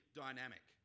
dynamic